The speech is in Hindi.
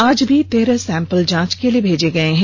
आज भी तेरह सैंपल जांच के लिए भेजा गया है